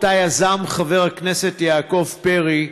שיזם חבר הכנסת יעקב פרי,